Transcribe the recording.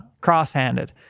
Cross-handed